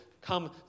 come